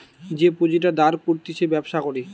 যে পুঁজিটা দাঁড় করতিছে ব্যবসা করে